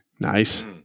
nice